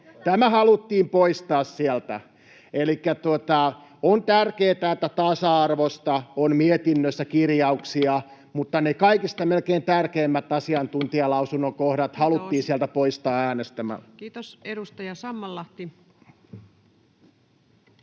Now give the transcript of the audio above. Tämä haluttiin poistaa sieltä. Elikkä on tärkeätä, että tasa-arvosta on mietinnössä kirjauksia, mutta ne melkein kaikista tärkeimmät asiantuntijalausunnon kohdat haluttiin sieltä poistaa äänestämällä. Kiitos. — Edustaja Sammallahti.